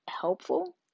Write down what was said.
helpful